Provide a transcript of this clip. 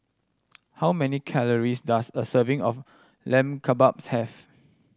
how many calories does a serving of Lamb Kebabs have